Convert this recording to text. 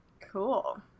Cool